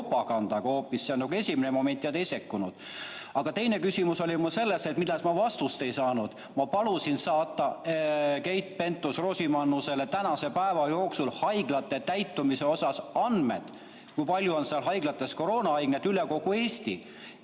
propagandaga hoopis – see on esimene moment – ja te ei sekkunud. Aga teine küsimus oli mul see, millele ma vastust ei saanud. Ma palusin saata Keit Pentus-Rosimannusel tänase päeva jooksul haiglate täitumuse kohta andmed, kui palju on haiglates koroonahaigeid üle kogu Eesti.